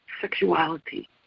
sexuality